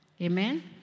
Amen